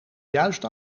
juist